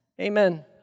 Amen